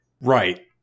Right